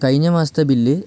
കഴിഞ്ഞ മാസത്തെ ബില്ല്